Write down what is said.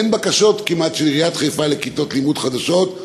אין בקשות כמעט של עיריית חיפה לכיתות לימוד חדשות,